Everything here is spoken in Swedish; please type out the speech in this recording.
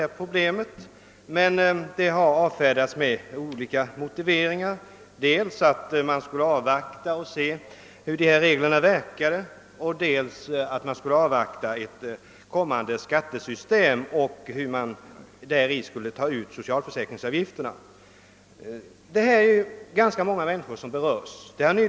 Våra förslag har emellertid ständigt avvisats med olika motiveringar, t.ex. att vi skall avvakta och se hur reglerna verkar eller avvakta ett kommande skattesystem och se hur socialförsäkringsavgifterna då kommer att tas ut. Det är många människor som berörs av denna fråga.